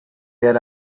their